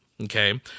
okay